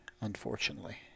unfortunately